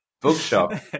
bookshop